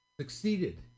succeeded